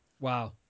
Wow